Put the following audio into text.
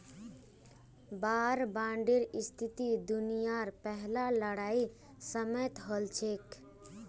वार बांडेर स्थिति दुनियार पहला लड़ाईर समयेत हल छेक